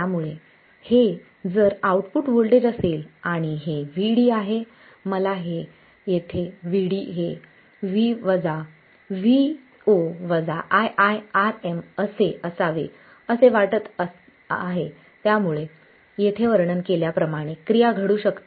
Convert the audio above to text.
त्यामुळे हे जर आऊटपुट वोल्टेज असेल तर आणि हे Vd आहे मला येथे Vd हे Vo ii Rm असे असावे असे वाटते ज्यामुळे येथे वर्णन केल्याप्रमाणे क्रिया घडू शकते